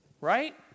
Right